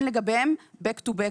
להתחשבן לגביהם Back to back.